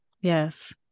yes